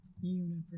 universe